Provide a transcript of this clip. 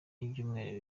y’ibyumweru